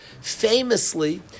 Famously